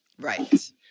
right